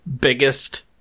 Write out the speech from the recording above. biggest